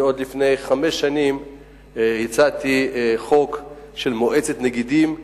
אני עוד לפני חמש שנים הצעתי חוק של מועצת נגידים,